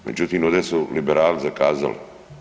Međutim, ovdje su liberali zakazali.